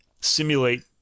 simulate